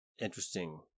interesting